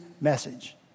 message